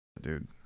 dude